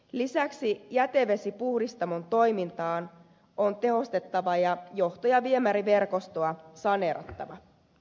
lisäksi jätevesipuhdistamon toimintaa on tehostettava ja johto ja viemäriverkostoa saneerattava